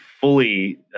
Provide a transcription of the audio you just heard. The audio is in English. fully